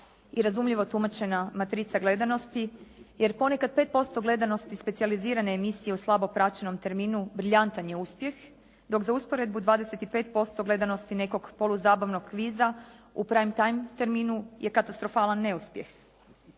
i razumljivo tumačena matrica gledanosti jer ponekad 5% gledanosti specijalizirane emisije u slabo praćenom terminu briljantan je uspjeh dok za usporedbu 25% gledanosti nekog poluzabavnog kviza u … /Govornica se ne razumije./ … time terminu je katastrofalan neuspjeh.